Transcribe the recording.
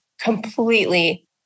completely